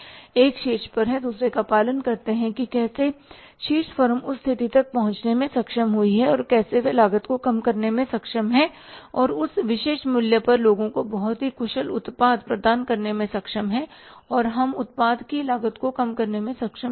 एक शीर्ष पर है दूसरे का पालन करते हैं कि कैसे शीर्ष फर्म उस स्थिति तक पहुंचने में सक्षम हुई है कि कैसे वे लागत को कम करने में सक्षम हैं और उस विशेष मूल्य पर लोगों को बहुत ही कुशल उत्पाद प्रदान करने में सक्षम हैं और हम उत्पाद की लागत को कम करने में सक्षम नहीं हैं